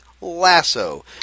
Lasso